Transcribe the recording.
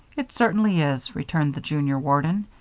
it certainly is, returned the junior warden,